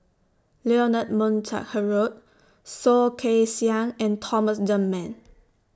Leonard Montague Harrod Soh Kay Siang and Thomas Dunman